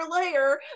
layer